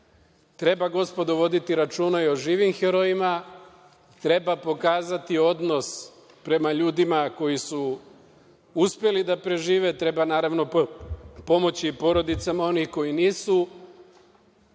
gospodo, voditi računa i o živim herojima. Treba pokazati odnos prema ljudima koji su uspeli da prežive. Treba, naravno, pomoći porodicama onih koji nisu,